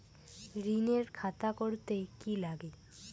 ঋণের খাতা করতে কি লাগে?